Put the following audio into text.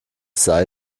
sei